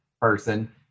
person